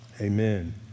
Amen